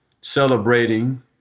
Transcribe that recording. celebrating